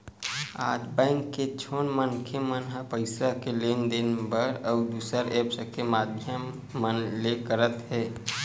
आज बेंक के छोड़ मनखे मन ह पइसा के लेन देन बर अउ दुसर ऐप्स के माधियम मन ले करत हे